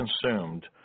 consumed